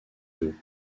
vœux